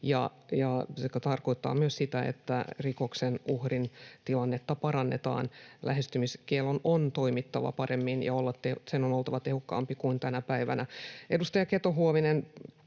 Se tarkoittaa myös sitä, että rikoksen uhrin tilannetta parannetaan. Lähestymiskiellon on toimittava paremmin, ja sen on oltava tehokkaampi kuin tänä päivänä. Edustaja Keto-Huovinen